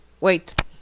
Wait